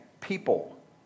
people